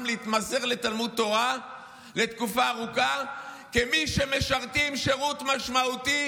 להתמסר לתלמוד תורה לתקופה ארוכה כמי שמשרתים שירות משמעותי